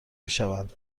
میشوند